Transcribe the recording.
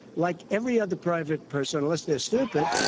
like every other private person, unless they're stupid,